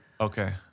Okay